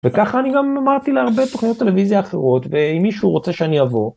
וככה אני גם אמרתי להרבה תוכניות טלוויזיה אחרות ואם מישהו רוצה שאני אעבור.